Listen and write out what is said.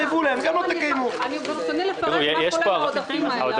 ברצוני לפרט מה כוללים העודפים האלה.